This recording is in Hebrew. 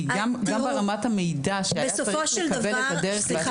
כי גם ברמת המידע שאתה צריך לקבל את --- סליחה,